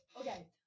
okay